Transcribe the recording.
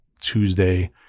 Tuesday